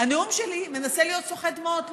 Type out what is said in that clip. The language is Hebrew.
הנאום שלי מנסה להיות סוחט דמעות,